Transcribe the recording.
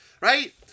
right